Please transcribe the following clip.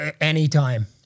anytime